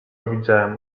widziałem